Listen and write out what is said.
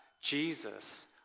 Jesus